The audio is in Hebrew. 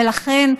ולכן,